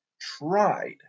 tried